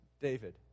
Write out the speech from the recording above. David